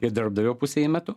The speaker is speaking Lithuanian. ir darbdavio pusei metu